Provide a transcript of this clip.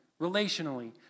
relationally